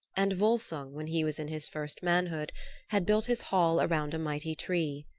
and volsung when he was in his first manhood had built his hall around a mighty tree.